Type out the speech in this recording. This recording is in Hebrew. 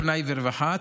פנאי ורווחה,